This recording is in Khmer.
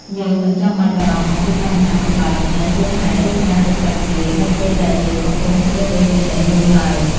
យើងមិនចាំបាច់បារម្ភអំពីបញ្ហាកម្ដៅថ្ងៃហួតហែងឬការទទឹកភ្លៀងនៅពេលដែលយើងកំពុងជ្រើសរើសទំនិញនោះឡើយ។